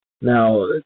Now